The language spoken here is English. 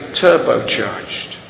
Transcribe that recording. turbocharged